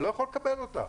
אני לא יכול לקבל אותה.